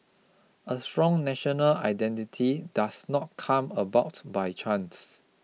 a strong national identity does not come about by chance